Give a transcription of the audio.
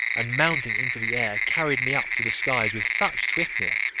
and mounting into the air, carried me up to the skies with such swiftness,